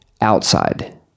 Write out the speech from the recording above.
outside